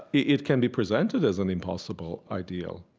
it can be presented as an impossible ideal.